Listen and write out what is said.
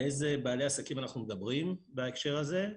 על אילו בעלי עסקים אנחנו מדברים בהקשר הזה?